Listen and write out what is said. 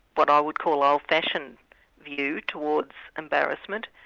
what i would call, old-fashioned view towards embarrassment.